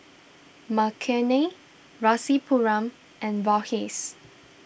Makineni Rasipuram and Verghese